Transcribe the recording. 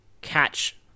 catch